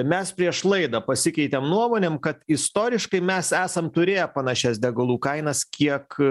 mes prieš laidą pasikeitėm nuomonėm kad istoriškai mes esam turėję panašias degalų kainas kiek